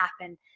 happen